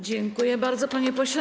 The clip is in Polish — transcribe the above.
Dziękuję bardzo, panie pośle.